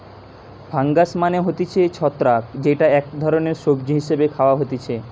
fungus মানে হতিছে ছত্রাক যেইটা এক ধরণের সবজি হিসেবে খাওয়া হতিছে